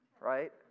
right